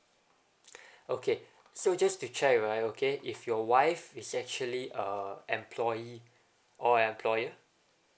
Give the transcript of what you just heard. okay so just to check right okay if your wife is actually a employee or employer